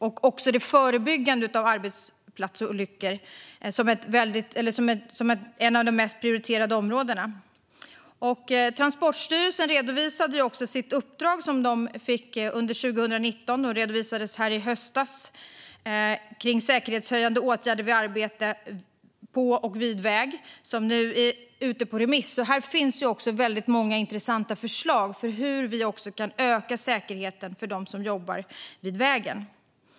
Också förebyggandet av arbetsplatsolyckor pekas ut som ett av de mest prioriterade områdena. Transportstyrelsen redovisade också det uppdrag som de fick under 2019 om säkerhetshöjande åtgärder vid arbete på och vid väg. Det redovisades i höstas och är nu ute på remiss. Här finns också väldigt många intressanta förslag på hur vi kan öka säkerheten för dem som jobbar vid vägen.